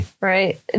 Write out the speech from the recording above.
Right